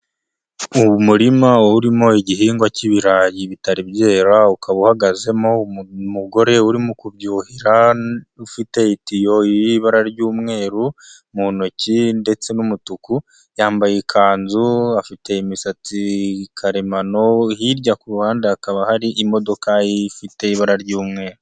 Umurima urimo igihingwa cy'ibirayi bitari byera ukaba uhagazemo umugore urimo kubyuhira ufite itiyo y'ibara ry'umweru mu ntoki ndetse n'umutuku, yambaye ikanzu afite imisatsi karemano hirya ku ruhandade hakaba hari imodoka ifite ibara ry'umweru.